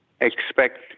expect